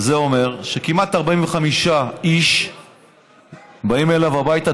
זה אומר שכמעט 45 איש באים אליו הביתה,